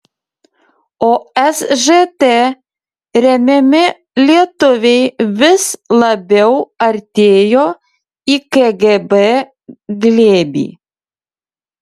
o sžt remiami lietuviai vis labiau artėjo į kgb glėbį